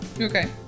Okay